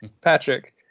Patrick